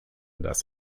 dass